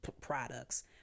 products